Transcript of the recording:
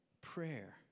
prayer